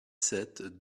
sept